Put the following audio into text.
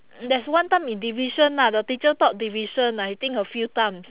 there's one time in division lah the teacher taught division I think a few times